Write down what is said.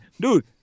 dude